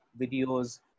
videos